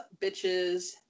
bitches